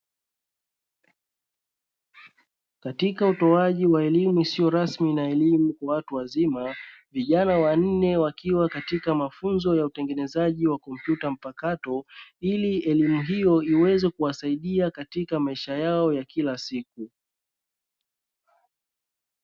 Katika utoaji wa elimu isiyo rasmi na elimu kwa watu wazima, vijana wanne wakiwa katika mafunzo ya utengenezaji wa kompyuta mpakato ili elimu hiyo iweze kuwasaida katika maisha yao ya kila siku.